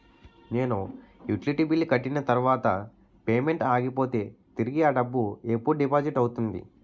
నేను utility bill కట్టిన తర్వాత పేమెంట్ ఆగిపోతే తిరిగి అ డబ్బు ఎప్పుడు డిపాజిట్ అవుతుంది?